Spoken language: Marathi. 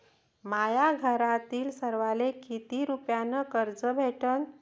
माह्या घरातील सर्वाले किती रुप्यान कर्ज भेटन?